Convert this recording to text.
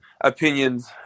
opinions